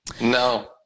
No